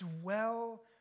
dwell